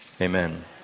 Amen